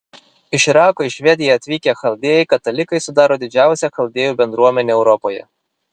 iš irako į švediją atvykę chaldėjai katalikai sudaro didžiausią chaldėjų bendruomenę europoje